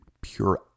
pure